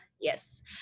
Yes